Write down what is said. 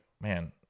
man